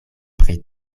pri